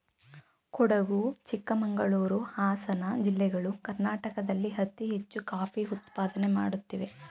ಕೊಡಗು ಚಿಕ್ಕಮಂಗಳೂರು, ಹಾಸನ ಜಿಲ್ಲೆಗಳು ಕರ್ನಾಟಕದಲ್ಲಿ ಅತಿ ಹೆಚ್ಚು ಕಾಫಿ ಉತ್ಪಾದನೆ ಮಾಡುತ್ತಿವೆ